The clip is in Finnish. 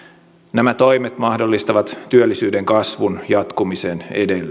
nämä toimet mahdollistavat työllisyyden kasvun jatkumisen edelleen